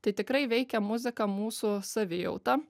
tai tikrai veikia muzika mūsų savijautą